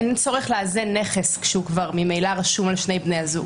אין צורך לאזן נכס כשהוא כבר ממילא רשום על שני בני הזוג.